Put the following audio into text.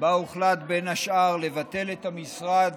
שבה הוחלט בין השאר לבטל את המשרד